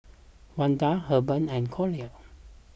Wendel Herbert and Collier